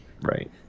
Right